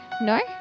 no